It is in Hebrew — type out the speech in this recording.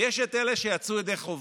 ויש את אלה שיצאו ידי חובה,